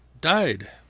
died